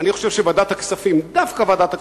אני חושב שוועדת הכספים, דווקא ועדת הכספים,